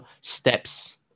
steps